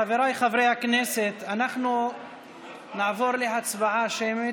חבריי חברי הכנסת, אנחנו נעבור להצבעה שמית.